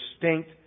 distinct